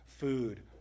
food